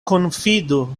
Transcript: konfidu